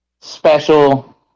special